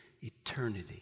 eternity